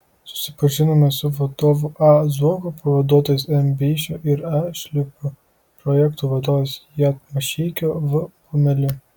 susipažinome su vadovu a zuoku pavaduotojais m beišiu ir a šliupu projektų vadovais j mišeikiu v bumeliu